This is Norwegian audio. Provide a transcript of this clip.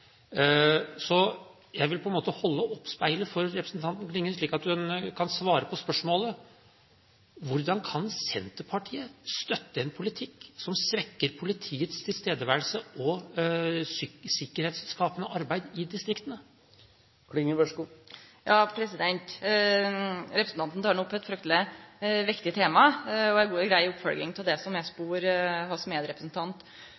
Så jeg vil på en måte holde opp speilet for representanten Klinge, slik at hun kan svare på spørsmålet: Hvordan kan Senterpartiet støtte en politikk som svekker politiets tilstedeværelse og sikkerhetsskapende arbeid i distriktene? Representanten tek no opp eit svært viktig tema, og spørsmålet er ei god og grei oppfølging av det